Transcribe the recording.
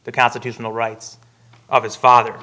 the constitutional rights of his father